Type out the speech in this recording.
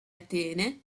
atene